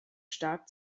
stark